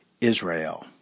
Israel